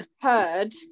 heard